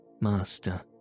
master